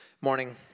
Morning